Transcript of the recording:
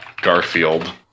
Garfield